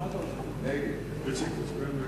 ההצעה שלא